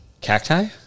Cacti